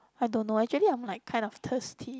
I don't know eh actually I'm like kind of thirsty